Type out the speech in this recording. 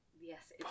Yes